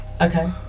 Okay